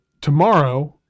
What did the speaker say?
tomorrow